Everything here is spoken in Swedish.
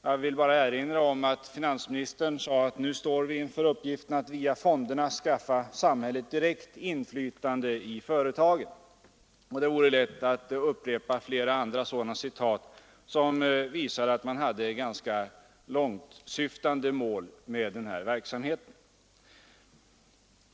Jag vill bara erinra om att finansministern sade: ”Nu står vi inför uppgiften att via fonderna skaffa samhället direkt inflytande i företagen.” Och det vore lätt att återge flera andra sådana yttranden som visar att man hade ganska långtsyftande mål för den här verksamheten.